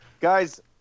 guys